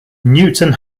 newton